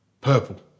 Purple